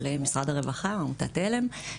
של משרד הרווחה, עמותת עלם,